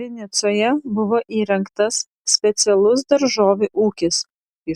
vinicoje buvo įrengtas specialus daržovių ūkis